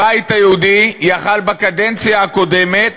הבית היהודי יכול היה בקדנציה הקודמת